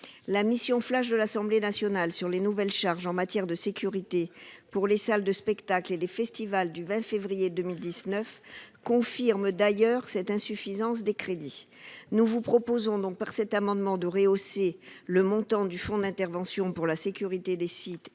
La mission flash de l'Assemblée nationale sur les nouvelles charges en matière de sécurité pour les salles de spectacles et les festivals du 20 février dernier confirme d'ailleurs cette insuffisance des crédits. Nous vous proposons donc, par cet amendement, de rehausser le montant du Fonds d'intervention au son niveau du fonds